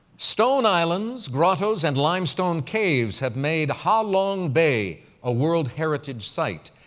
stone islands, grottoes and limestone caves have made ha long bay a world heritage site.